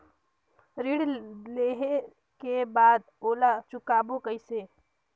ऋण लेहें के बाद ओला चुकाबो किसे?